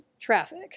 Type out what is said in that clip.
traffic